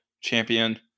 champion